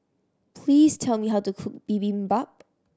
please tell me how to cook Bibimbap